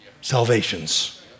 salvations